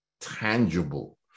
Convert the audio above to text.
tangible